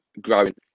growing